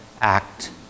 act